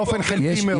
מומש באופן חלקי מאוד.